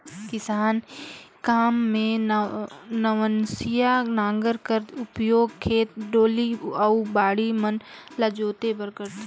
किसानी काम मे नवनसिया नांगर कर उपियोग खेत, डोली अउ बाड़ी मन ल जोते बर करथे